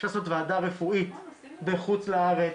אפשר לעשות ועדה רפואית בחוץ לארץ,